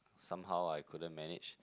somehow I couldn't manage